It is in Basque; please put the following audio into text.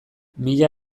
mila